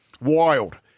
Wild